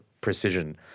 precision